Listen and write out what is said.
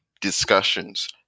discussions